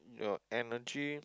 your energy